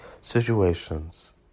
situations